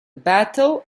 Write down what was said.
battle